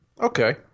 Okay